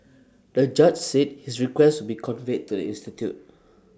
the judge said his request be conveyed to the institute